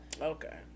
okay